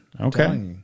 Okay